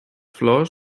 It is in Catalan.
flors